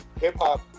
Hip-hop